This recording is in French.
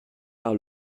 par